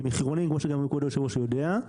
כי מחירונים, כמו שגם כבוד היושב-ראש יודע,